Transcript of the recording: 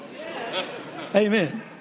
Amen